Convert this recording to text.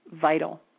vital